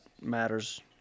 matters